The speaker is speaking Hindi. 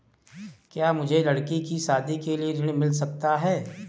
क्या मुझे लडकी की शादी के लिए ऋण मिल सकता है?